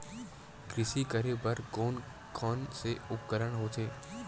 कृषि करेबर कोन कौन से उपकरण होथे?